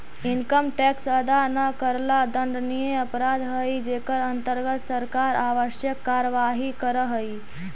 income tax अदा न करला दंडनीय अपराध हई जेकर अंतर्गत सरकार आवश्यक कार्यवाही करऽ हई